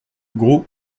gros